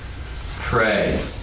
pray